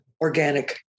organic